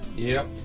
yep